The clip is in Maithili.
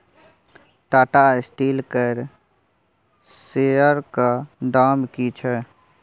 टाटा स्टील केर शेयरक दाम की छै?